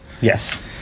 yes